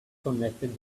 connected